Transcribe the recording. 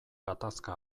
gatazka